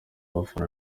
abafana